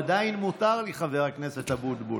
עדיין מותר לי, חבר הכנסת אבוטבול,